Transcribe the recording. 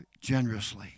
generously